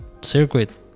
circuit